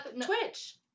Twitch